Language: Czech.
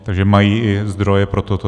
Takže mají i zdroje pro toto.